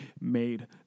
made